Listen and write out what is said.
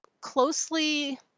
closely